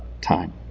time